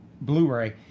Blu-ray